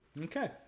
Okay